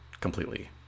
completely